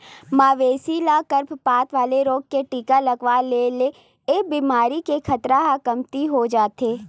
मवेशी ल गरभपात वाला रोग के टीका लगवा दे ले ए बेमारी के खतरा ह कमती हो जाथे